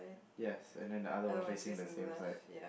yes and then the other one facing the same side